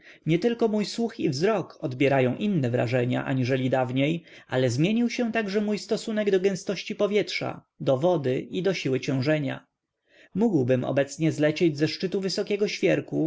przyrody nietylko mój słuch i wzrok odbierają inne wrażenia aniżeli dawniej ale zmienił się tak że mój stosunek do gęstości powietrza do wody i do siły ciążenia mógłbym obecnie zlecieć ze szczytu wysokiego świerku